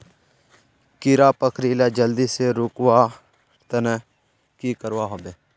कीड़ा पकरिले जल्दी से रुकवा र तने की करवा होबे?